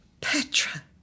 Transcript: Petra